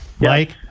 Mike